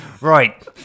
Right